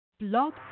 Blog